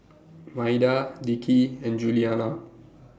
Maida Dickie and Juliana